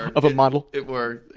of a model? it worked, it